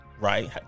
right